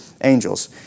angels